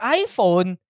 iPhone